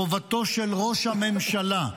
חובתו של ראש הממשלה,